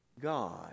God